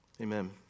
Amen